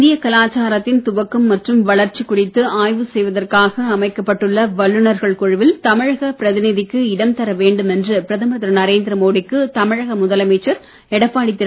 இந்திய கலாச்சாரத்தின் துவக்கம் மற்றும் வளர்ச்சி குறித்து ஆய்வு செய்வதற்காக அமைக்கப்பட்டுள்ள வல்லுநர்கள் குழுவில் தமிழக பிரதிநிதிக்கு இடம்தர வேண்டும் என்று பிரதமர் திரு நரேந்திர மோடிக்கு தமிழக முதலமைச்சர் எடப்பாடி திரு